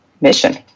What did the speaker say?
mission